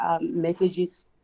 messages